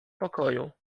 pokoju